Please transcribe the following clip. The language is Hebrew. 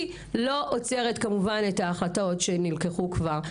היא לא עוצרת את ההחלטות שנלקחו כבר,